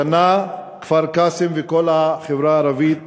השנה כפר-קאסם, וכל החברה הערבית